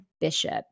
Bishop